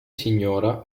signora